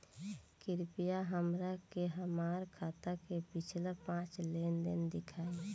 कृपया हमरा के हमार खाता के पिछला पांच लेनदेन देखाईं